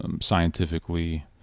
scientifically